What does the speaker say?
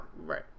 Right